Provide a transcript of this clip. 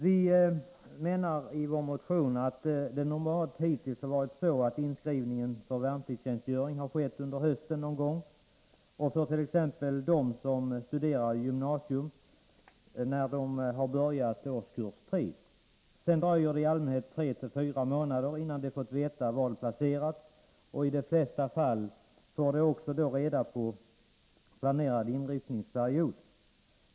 Vi anför i vår motion att det hittills normalt har varit så att inskrivning till värnpliktstjänstgöring skett någon gång under hösten. För dem som studerat på gymnasiet har det skett då de börjat årskurs 3. Sedan har det i allmänhet dröjt tre fyra månader innan de fått veta var de placerats, och i de flesta fall har de då också fått reda på planerad inryckningsperiod.